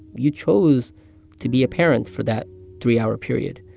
you chose to be a parent for that three-hour period.